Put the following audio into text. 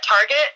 Target